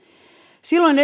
silloin